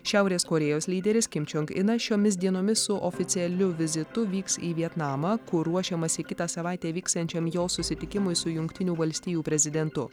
šiaurės korėjos lyderis kim čiong inas šiomis dienomis su oficialiu vizitu vyks į vietnamą kur ruošiamasi kitą savaitę vyksiančiam jo susitikimui su jungtinių valstijų prezidentu